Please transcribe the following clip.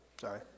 Sorry